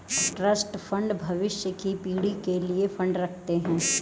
trust fund भविष्य की पीढ़ी के लिए फंड रखते हैं